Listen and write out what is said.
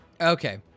okay